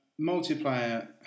Multiplayer